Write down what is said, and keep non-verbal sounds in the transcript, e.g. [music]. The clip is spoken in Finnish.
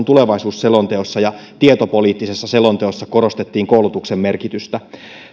[unintelligible] tulevaisuusselonteossa ja tietopoliittisessa selonteossa korostettiin koulutuksen merkitystä